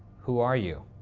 who are you?